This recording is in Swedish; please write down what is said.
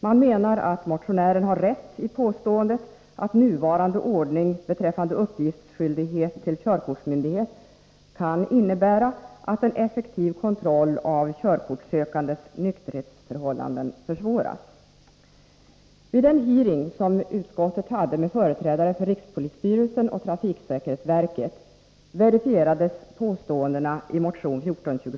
Man menar att motionären har rätt i påståendet att nuvarande ordning beträffande uppgiftsskyldighet till körkortsmyndighet kan innebära att en effektiv kontroll av körkortssökandes nykterhetsförhållanden försvåras. Vid den hearing som utskottet hade med företrädare för rikspolisstyrelsen och trafiksäkerhetsverket verifierades påståendena i motionen.